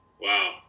Wow